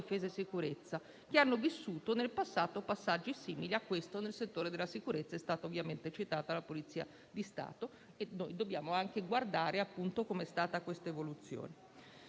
difesa e sicurezza, che hanno vissuto nel passato passaggi simile a questo nel settore della sicurezza. È stata ovviamente citata la Polizia di stato e noi dobbiamo anche guardare a come è stata appunto questa evoluzione.